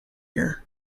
here